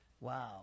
Wow